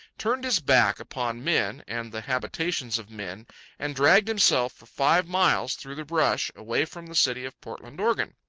turned his back upon men and the habitations of men and dragged himself for five miles through the brush, away from the city of portland, oregon.